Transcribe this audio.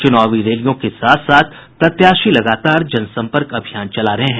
चुनावी रैलियों के साथ साथ प्रत्याशी लगातार जनसंपर्क अभियान चला रहे हैं